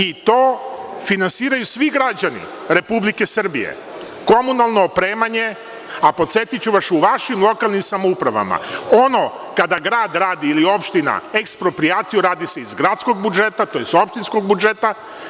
I to finansiraju svi građani Republike Srbije, komunalno opremanje, a podsetiću vas, u vašim lokalnim samoupravama ono kada grad radi ili opština eksproprijaciju, radi se iz gradskog budžeta, tj. opštinskog budžeta.